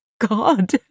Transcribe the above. God